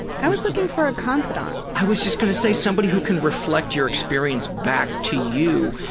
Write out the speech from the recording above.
i was looking for a confidante. i was just gonna say, somebody who can reflect your experience back to you,